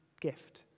gift